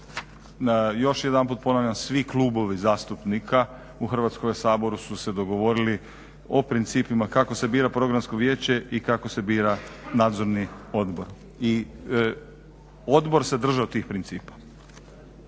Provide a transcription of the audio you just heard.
još jedanput ponavljam, svi klubovi zastupnika u Hrvatskom saboru su se dogovorili o principima kako se bira Programsko vijeće i kako se bira Nadzorni odbor i odbor se držao tih principa.